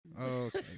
Okay